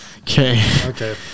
Okay